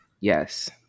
Yes